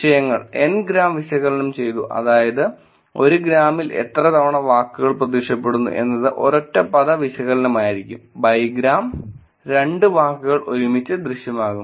വിഷയങ്ങൾ N gram വിശകലനം ചെയ്തു അതായത് 1 ഗ്രാമിൽ എത്ര തവണ വാക്കുകൾ പ്രത്യക്ഷപ്പെടുന്നു എന്നത് ഒരൊറ്റ പദ വിശകലനമായിരിക്കും ബൈഗ്രാം 2 വാക്കുകൾ ഒരുമിച്ച് ദൃശ്യമാകും